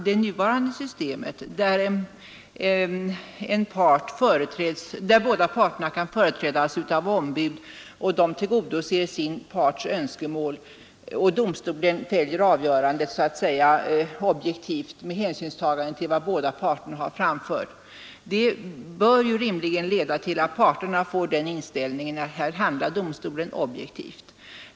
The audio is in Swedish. Det nuvarande systemet, där båda parterna kan företrädas av ombud som tillgodoser sin parts önskemål, varefter domstolen fäller avgörandet objektivt med hänsynstagande till vad båda parter har framfört, bör rimligen leda till att parterna får inställningen att här handlar domstolen objektivt.